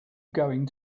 going